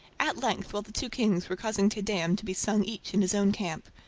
at length, while the two kings were causing te deum to be sung each in his own camp,